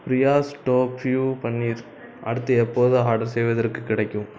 Priya's tofu பன்னீர் அடுத்து எப்போது ஆடர் செய்வதற்குக் கிடைக்கும்